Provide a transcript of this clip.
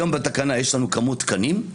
היום בתקנה יש לנו כמות תקנים.